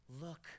look